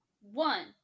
one